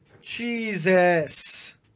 Jesus